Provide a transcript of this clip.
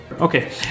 Okay